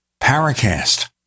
Paracast